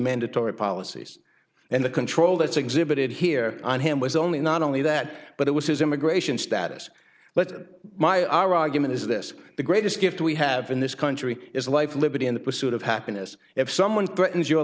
mandatory policies and the control that's exhibited here on him was only not only that but it was his immigration status but my argument is this the greatest gift we have in this country is life liberty and the pursuit of happiness if someone